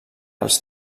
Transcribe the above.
els